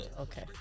okay